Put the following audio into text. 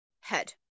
head